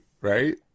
right